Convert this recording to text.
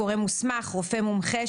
"גורם מוסמך" רופא מומחה,